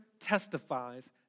testifies